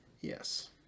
Yes